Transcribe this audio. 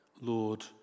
Lord